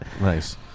Nice